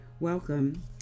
Welcome